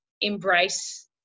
embrace